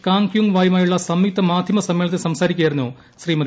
Kang Kyung വായുമായുള്ള സംയുക്ത മാധ്യമ സമ്മേളനത്തിൽ സംസാരിക്കുകയായിരുന്നു ശ്രീമതി